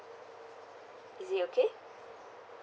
is it okay